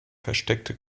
versteckte